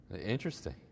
Interesting